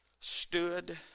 stood